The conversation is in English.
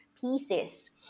pieces